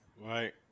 Right